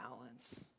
balance